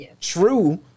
true